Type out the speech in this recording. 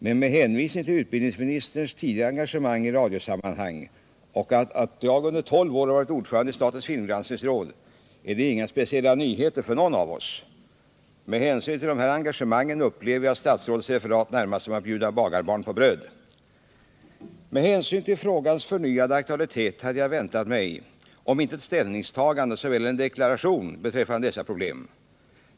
Men med hänsyn till utbildningsministerns tidigare engagemang i radionämnden och det faktum att jag under tolv år varit ordförande i statens filmgranskningsråd är det inga speciella nyheter för någon av oss. Med hänsyn till dessa engagemang upplever jag statsrådets referat närmast som att bjuda bagarbarn på bröd. Med tanke på frågans förnyade aktualitet hade jag väntat mig — om inte ett ställningstagande, så väl en deklaration beträffande dessa problem.